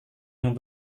yang